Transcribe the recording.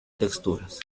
texturas